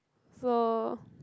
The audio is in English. so